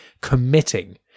committing